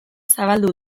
zabaldu